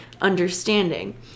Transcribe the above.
understanding